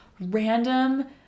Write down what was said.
random